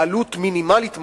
בעלות מינימלית ממש,